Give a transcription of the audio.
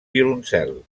violoncel